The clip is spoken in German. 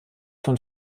von